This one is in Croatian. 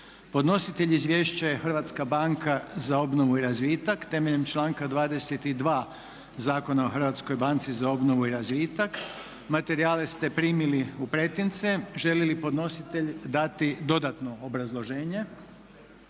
Podnositelj Izvješća je Hrvatska banka za obnovu i razvitak temeljem članka 22. Zakona o Hrvatskoj banci za obnovu i razvitak. Materijale ste primili u pretince. Žele li podnositelji dati dodatno obrazloženje?